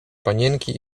panienki